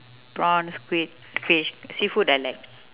prawn squid fish seafood I like